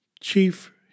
chief